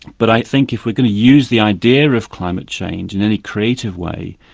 but i think if we're going to use the idea of climate change in any creative way,